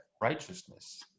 righteousness